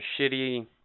shitty